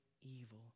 evil